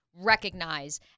recognize